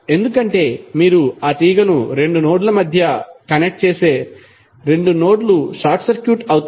ఎందుకంటే మీరు ఆ తీగను 2 నోడ్ల మధ్య కనెక్ట్ చేస్తే 2 నోడ్లు షార్ట్ సర్క్యూట్ అవుతాయి